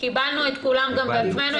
-- קיבלנו את כולם גם בעצמנו,